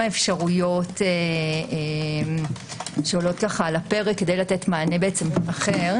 אפשרויות שעולות על הפרק כדי לתת מענה אחר.